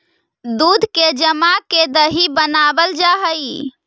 दूध के जमा के दही बनाबल जा हई